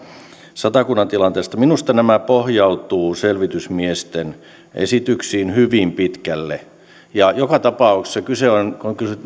satakunnan tilanteesta minusta ne esitykset pohjautuvat selvitysmiesten esityksiin hyvin pitkälle joka tapauksessa kun on kyse